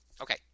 Okay